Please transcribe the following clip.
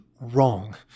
Wrong